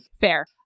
Fair